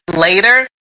later